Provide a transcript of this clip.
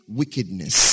wickedness